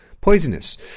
poisonous